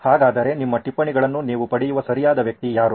ಹಾಗಾದರೆ ನಿಮ್ಮ ಟಿಪ್ಪಣಿಗಳನ್ನು ನೀವು ಪಡೆಯುವ ಸರಿಯಾದ ವ್ಯಕ್ತಿ ಯಾರು